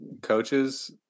coaches